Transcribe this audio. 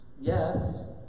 Yes